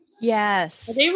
Yes